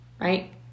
right